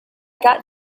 got